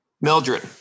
Mildred